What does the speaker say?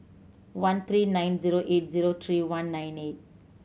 one three nine zero eight zero three one nine eight